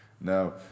Now